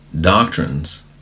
doctrines